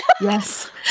Yes